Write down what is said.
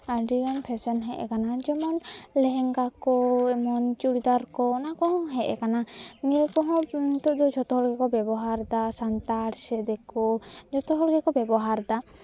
ᱟᱹᱰᱤᱜᱟᱱ ᱯᱷᱮᱥᱮᱱ ᱦᱮᱡ ᱠᱟᱱᱟ ᱡᱮᱢᱚᱱ ᱞᱮᱦᱮᱝᱜᱟ ᱠᱚ ᱡᱮᱢᱚᱱ ᱪᱩᱲᱤᱫᱟᱨ ᱠᱚ ᱚᱱᱟ ᱠᱚᱦᱚᱸ ᱦᱮᱡ ᱠᱟᱱᱟ ᱱᱤᱭᱟᱹ ᱠᱚᱦᱚᱸ ᱱᱤᱛᱚᱜ ᱫᱚ ᱡᱷᱚᱛᱚ ᱦᱚᱲ ᱜᱮᱠᱚ ᱵᱮᱵᱚᱦᱟᱨᱫᱟ ᱥᱟᱱᱛᱟᱲ ᱥᱮ ᱫᱤᱠᱩ ᱡᱚᱛᱚᱦᱚᱲᱜᱮ ᱵᱮᱵᱚᱦᱟᱨᱫᱟ